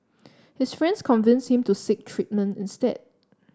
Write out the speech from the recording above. his friends convince him to seek treatment instead